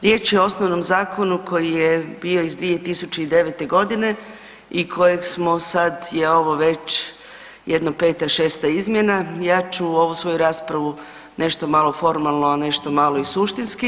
Riječ je o osnovnom zakonu koji je bio iz 2009. g. i kojeg smo sad je ovo već jedno 5., 56. izmjena, ja ču ovu svoju raspravu nešto malo formalno a nešto malo i suštinski.